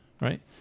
Right